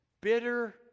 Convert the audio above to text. bitter